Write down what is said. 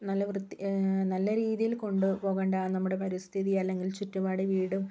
നല്ല വൃത്തി നല്ല രീതിയിൽ കൊണ്ട് പോകണ്ട നമ്മടെ പരിസ്ഥിതി അല്ലെങ്കിൽ ചുറ്റുപാടും വീടും